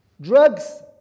Drugs